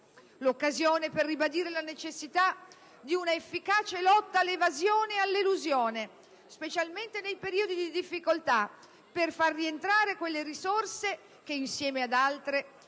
l'occasione per ribadire la necessità di un'efficace lotta all'evasione e all'elusione, specialmente nei periodi di difficoltà, per far rientrare quelle risorse che, insieme ad altre, consentano